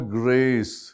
grace